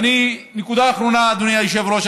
אדוני היושב-ראש,